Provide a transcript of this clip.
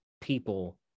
people